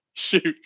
Shoot